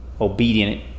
obedient